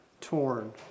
torn